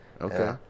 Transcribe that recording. Okay